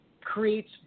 creates